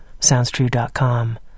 SoundsTrue.com